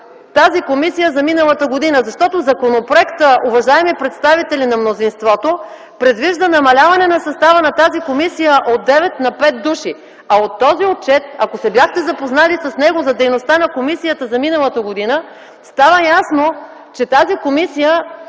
тази комисия за миналата година, защото законопроектът, уважаеми представители на мнозинството, предвижда намаляване на състава на тази комисия от 9 на 5 души. А от отчета, ако се бяхте запознали с него, за дейността на комисията за миналата година стана ясно, че тази комисия